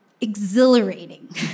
exhilarating